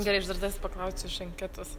gerai aš dar tavęs paklausiu iš anketos